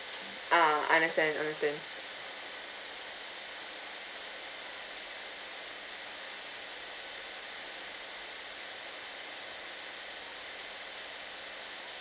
uh understand understand